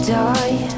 die